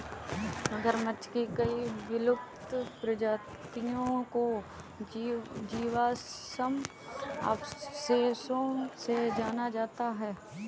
मगरमच्छ की कई विलुप्त प्रजातियों को जीवाश्म अवशेषों से जाना जाता है